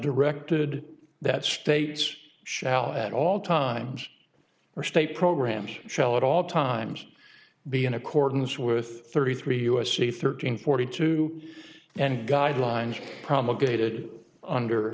directed that states shall at all times or state programs shall at all times be in accordance with thirty three u s c thirteen forty two and guidelines promulgated under